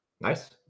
Nice